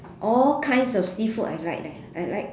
all kinds of seafood I like leh I like